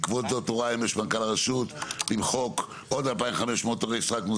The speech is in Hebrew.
בעקבות זאת הורה אמש מנכ"ל הרשות למחוק עוד 2,500 תורי סרק.